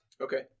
Okay